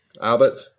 Albert